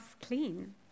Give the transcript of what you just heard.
clean